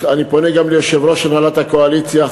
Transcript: אני פונה גם ליושב-ראש הנהלת הקואליציה,